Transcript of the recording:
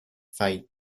fate